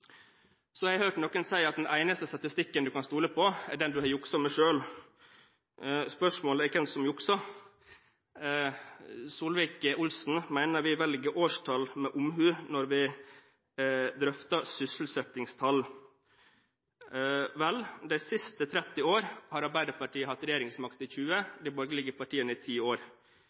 Så har jeg hørt noen si at den eneste statistikken du kan stole på, er den du har jukset med selv. Spørsmålet er hvem som jukser. Solvik-Olsen mener vi velger årstall med omhu når vi drøfter sysselsettingstall. Vel, de siste 30 år har Arbeiderpartiet hatt regjeringsmakt i 20 år, og de borgerlige partiene i 10 år.